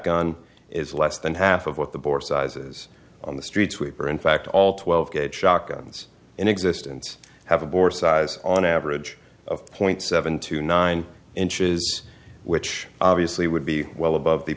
gun is less than half of what the board sizes on the street sweeper in fact all twelve gauge shotgun is in existence have a bore size on average of point seven to nine inches which obviously would be well above the